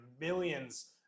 millions